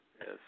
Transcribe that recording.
Yes